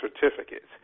certificates